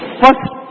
first